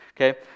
okay